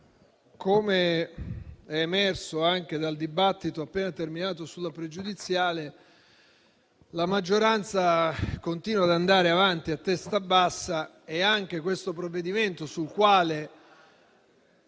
Com'è emerso anche dal dibattito appena terminato sulla questione pregiudiziale, la maggioranza continua ad andare avanti a testa bassa e anche questo provvedimento, sul quale…